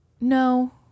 No